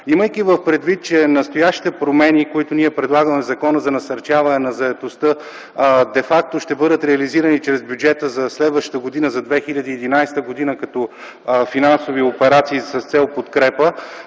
Имайки предвид, че настоящите промени, които ние предлагаме в Закона за насърчаване на заетостта, де факто ще бъдат реализирани чрез бюджета за следващата година – за 2011 г., като финансови операции с цел подкрепа,